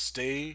Stay